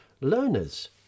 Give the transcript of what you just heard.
learners